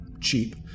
cheap